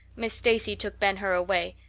miss stacy took ben hur away,